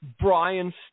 Brian